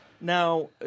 Now